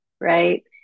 right